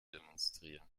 demonstrieren